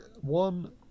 one